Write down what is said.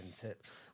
tips